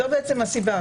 זו בעצם הסיבה.